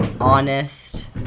honest